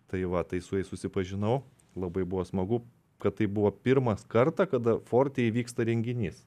tai va tai su jais susipažinau labai buvo smagu kad tai buvo pirmas kartą kada forte įvyksta renginys